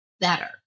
better